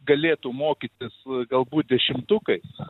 galėtų mokytis galbūt dešimtukais